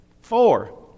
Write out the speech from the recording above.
Four